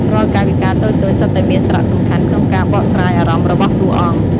រាល់កាយវិការតូចៗសុទ្ធតែមានសារៈសំខាន់ក្នុងការបកស្រាយអារម្មណ៍របស់តួអង្គ។